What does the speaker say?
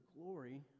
glory